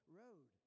road